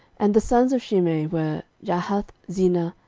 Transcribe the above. and the sons of shimei were, jahath, zina,